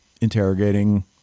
interrogating